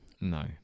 No